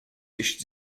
dish